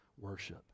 worship